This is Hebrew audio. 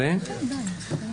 תעודת זהות וקח.